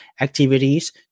activities